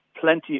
plenty